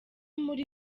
muri